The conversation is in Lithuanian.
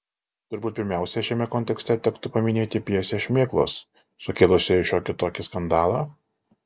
turbūt pirmiausia šiame kontekste tektų paminėti pjesę šmėklos sukėlusią ir šiokį tokį skandalą